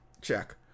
Check